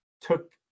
took